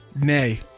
Nay